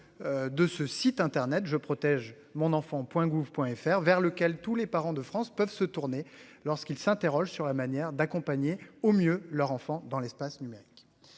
De ce site internet je protège mon enfant Point gouv Point FR vers lequel tous les parents de France peuvent se tourner lorsqu'il s'interroge sur la manière d'accompagner au mieux leur enfant dans l'espace numérique.